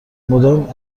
مدام